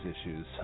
issues